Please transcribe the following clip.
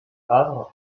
havre